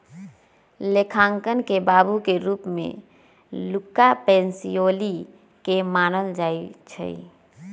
लेखांकन के बाबू के रूप में लुका पैसिओली के मानल जाइ छइ